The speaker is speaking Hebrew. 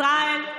ישראל,